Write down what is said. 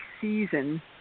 season